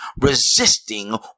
Resisting